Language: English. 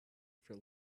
for